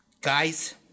Guys